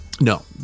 No